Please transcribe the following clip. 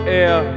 air